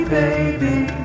baby